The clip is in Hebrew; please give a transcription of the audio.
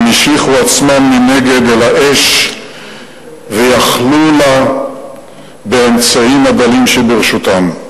הם השליכו עצמם מנגד אל האש ויכלו לה באמצעים הדלים שברשותם.